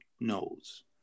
knows